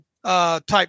Type